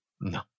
no